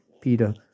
Peter